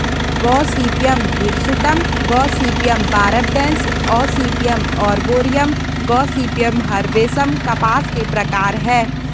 Gossypium hirsutum, Gossypium barbadense, Gossypium arboreum, Gossypium herbaceum कपास के प्रकार है